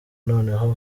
noneho